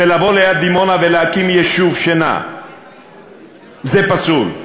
ולבוא ליד דימונה ולהקים יישוב שינה זה פסול.